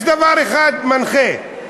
יש דבר אחד מנחה: